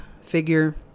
figure